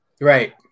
right